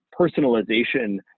personalization